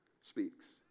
speaks